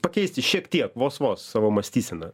pakeisti šiek tiek vos vos savo mąstysena